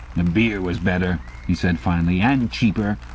the beer was better he said finally. and cheaper!